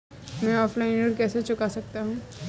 मैं ऑफलाइन ऋण कैसे चुका सकता हूँ?